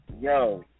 Yo